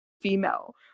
female